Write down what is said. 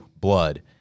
blood